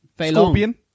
Scorpion